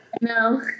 No